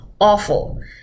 awful